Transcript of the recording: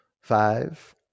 Five